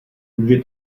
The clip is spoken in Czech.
může